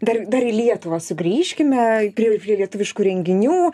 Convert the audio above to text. dar dar į lietuvą sugrįžkime prie prie lietuviškų renginių